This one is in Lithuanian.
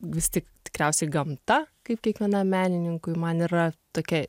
vis tik tikriausiai gamta kaip kiekvienam menininkui man yra tokia